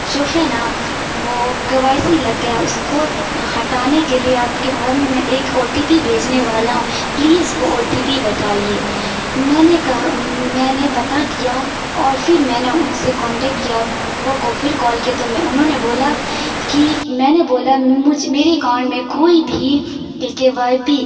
جو ہے نا وہ کے وائی سی لگ گیا ہے اس کو ہٹانے کے لیے آپ کے موبائل میں میں ایک بھیجنے والا ہوں پلیز وہ او ٹی پی بتائیے میں نے کہا میں نے پتہ کیا اور پھر میں نے ان سے کانٹیکٹ کیا وہ پھر کال کیے تو میں انہوں نے بولا کہ میں نے بولا میرے اکاؤنٹ میں کوئی بھی کے وائی پی